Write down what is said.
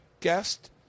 guest